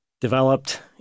developed